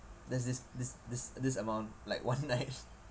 there's this this this this amount like one night